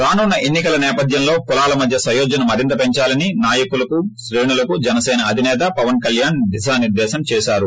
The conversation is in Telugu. రానున్న ఎన్ని కల నేపధ్యంలో కులాల మధ్య సయోధ్యను మరింత పెంచాలని నాయకులు శ్రేణులకు జనసేన అధినేత పవన్కల్యాణ్ దిశానిర్గేశం చేశారు